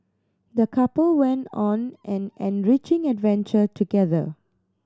the couple went on an enriching adventure together